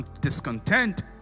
discontent